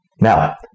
Now